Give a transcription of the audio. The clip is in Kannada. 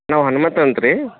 ನಾವು ಹನ್ಮಂತ ಅಂತ ರೀ